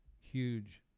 huge